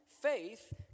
Faith